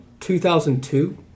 2002